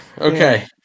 Okay